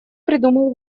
придумал